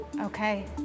Okay